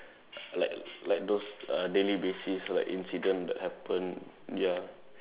like like those uh daily basis like incident that happen ya